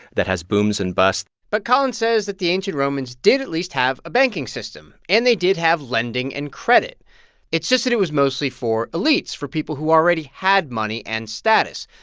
that has booms and busts but colin says that the ancient romans did at least have a banking system, and they did have lending and credit it's just that it was mostly for elites, for people who already had money and status.